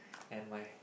and my